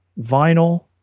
Vinyl